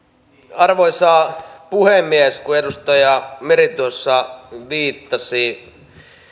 arvoisa puhemies kun edustaja meri tuossa viittasi